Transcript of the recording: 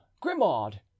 Grimaud